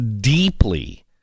deeply